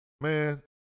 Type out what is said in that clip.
Man